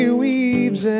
weaves